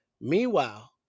Meanwhile